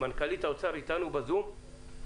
מנכ"לית האוצר איתנו בזום?